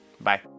Bye